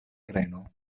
greno